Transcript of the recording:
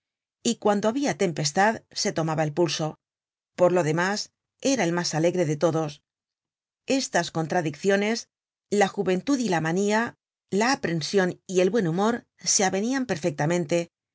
y cuando babia tempestad se tomaba el pulso por lo demás era el mas alegre de todos estas contradicciones la juventud y la manía la aprension y el buen humor se avenian perfectamente